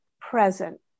present